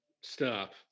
stop